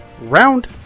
round